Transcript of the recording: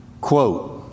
Quote